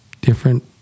different